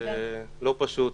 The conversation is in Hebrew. זה לא פשוט.